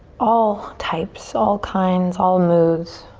all types, all kinds, all moods.